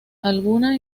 alguna